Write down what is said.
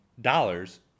dollars